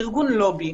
ארגון לובי,